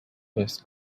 this